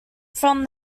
from